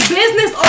business